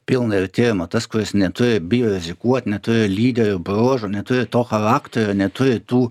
pilnai yra tyrimų tas kuris neturi bijo rizikuot neturi lyderio bruožų neturi to charakterio neturi tų